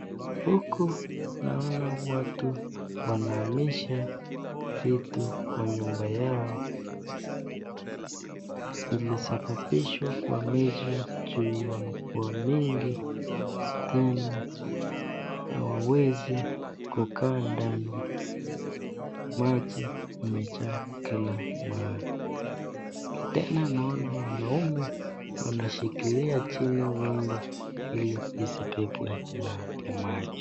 Huku naona watu wanahamisha vitu kwa nyumba yao, ilisababishwa kuhamishwa juu ya mvua mingi tena hawawezi kukaa ndani maji imejaa kila mahali. Tena naona wanaume wanashikilia chini nyumba ili isibebwe na maji.